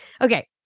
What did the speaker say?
okay